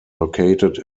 located